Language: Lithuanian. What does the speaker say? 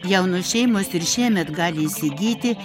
jaunos šeimos ir šiemet gali įsigyti